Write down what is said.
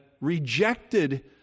rejected